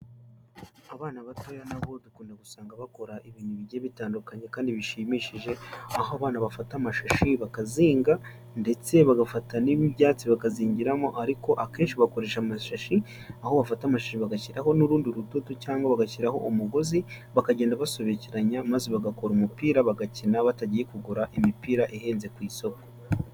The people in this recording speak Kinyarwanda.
Abana batoya na bo dukunda gusanga bakora ibintu bigiye bitandukanye kandi bishimishije, aho abana bafata amashashi bakazinga, ndetse bagafata n'ibyatsi bakazingiramo, ariko akenshi bakoresha amashashi, aho bafata amashi bagashyiraho n'urundi rudodo cyangwa bagashyiraho umugozi, bakagenda basobekeranya, maze bagakora umupira, bagakina batagiye kugura imipira ihenze ku isoko.